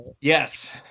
yes